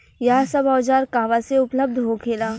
यह सब औजार कहवा से उपलब्ध होखेला?